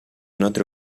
not